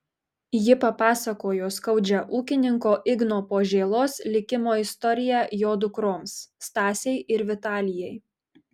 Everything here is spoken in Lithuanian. ji papasakojo skaudžią ūkininko igno požėlos likimo istoriją jo dukroms stasei ir vitalijai